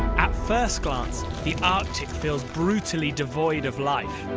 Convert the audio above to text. at first glance, the arctic feels brutally devoid of life,